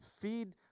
Feed